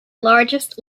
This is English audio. largest